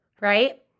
right